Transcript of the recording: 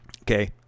okay